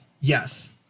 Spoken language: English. Yes